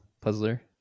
Puzzler